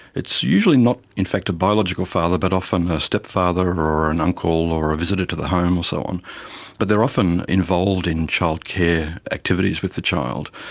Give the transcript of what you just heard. it's usually not in fact a biological father but often a stepfather, or an uncle, or a visitor to the home and so on but they're often involved in child-care activities with the child.